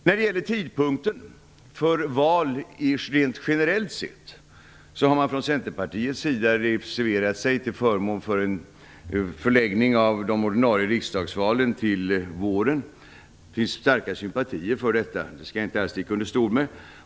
När det gäller tidpunkten för val generellt sett har man från Centerpartiets sida reserverat sig till förmån för en förläggning av de ordinarie riksdagsvalen till våren. Det finns starka sympatier för detta - det skall jag inte alls sticka under stol med.